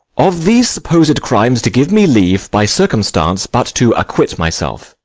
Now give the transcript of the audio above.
of these supposed crimes to give me leave, by circumstance, but to acquit myself.